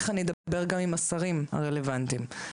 אני אדבר גם עם השרים הרלוונטיים צריכה